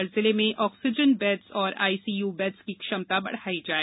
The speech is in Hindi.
हर जिले में ऑक्सीजन बैड्स और आईसीयू बैड्स की क्षमता बढ़ाई जाए